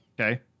okay